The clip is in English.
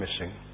missing